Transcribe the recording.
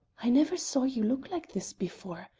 i never saw you look like this before.